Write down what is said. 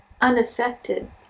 unaffected